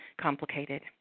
complicated